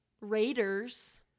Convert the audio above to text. raiders